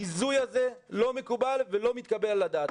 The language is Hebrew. הביזוי הזה לא מקובל ולא מתקבל על הדעת.